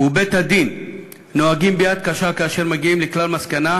ובתי-הדין נוהגים ביד קשה כאשר הם מגיעים לכלל מסקנה